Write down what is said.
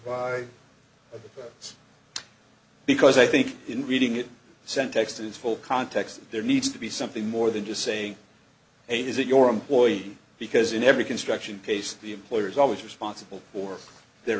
a because i think in reading it sent text is full context and there needs to be something more than just saying hey is it your employee because in every construction case the employer is always responsible for their